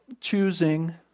choosing